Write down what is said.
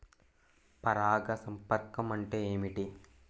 పరాగ సంపర్కం అంటే ఏమిటి?